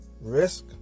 Risk